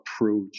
approach